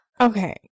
Okay